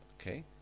Okay